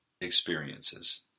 experiences